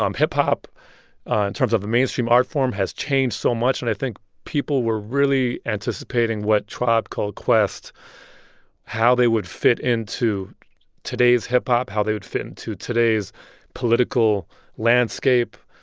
um hip-hop, in and terms of a mainstream art form, has changed so much. and i think people were really anticipating what tribe called quest how they would fit into today's hip-hop, how they would fit into today's political landscape,